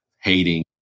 hating